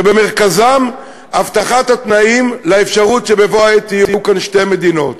שבמרכזה הבטחת התנאים לאפשרות שבבוא העת יהיו כאן שתי מדינות.